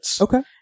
Okay